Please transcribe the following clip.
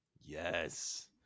Yes